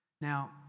Now